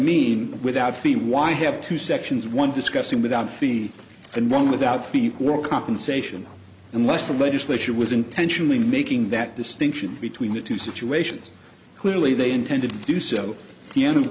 mean without fee why have two sections one discussing with outfeed and wrong without feet or compensation unless the legislature was intentionally making that distinction between the two situations clearly they intended to do so